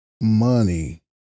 money